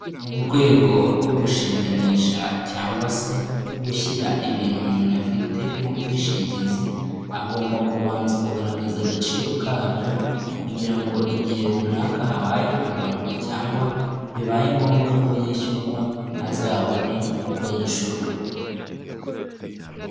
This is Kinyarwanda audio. Mu rwego rwo gushinganisha cyangwa se gushyira ibintu umuntu afite mu bwishingizi, agomba kubanza kugaragaza agaciro kabyo kugira ngo igihe runaka habaye impanuka cyangwa bibaye ngombwa ko yishyurwa azabone uko yishurwa.